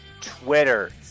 Twitter